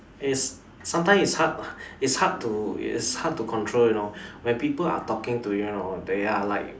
it's sometimes it's hard it's hard to it's hard to control you know when people are talking to you you know they are like